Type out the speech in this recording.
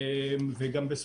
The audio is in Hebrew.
בנוסף,